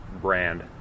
brand